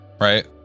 Right